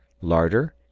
larder